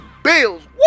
Bills